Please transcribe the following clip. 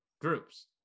groups